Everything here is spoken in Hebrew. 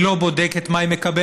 היא לא בודקת מה היא מקבלת.